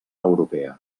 europea